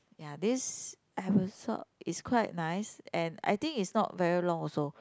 ya this episode is quite nice and I think it's not very long also